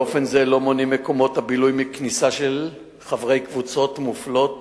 באופן זה מקומות הבילוי לא מונעים כניסת חברי קבוצות מופלות